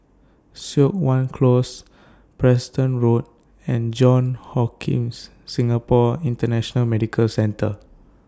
Siok Wan Close Preston Road and Johns Hopkins Singapore International Medical Centre